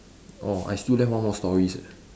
orh I still left one more stories eh